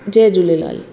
Jay Jhulelal